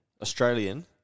Australian